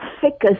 thickest